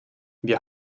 wir